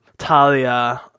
Talia